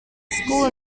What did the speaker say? school